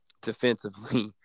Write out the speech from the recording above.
defensively